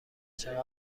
چقدر